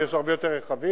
ויש הרבה יותר רכבים